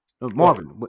Marvin